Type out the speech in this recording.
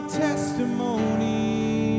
testimony